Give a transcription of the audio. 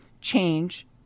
Change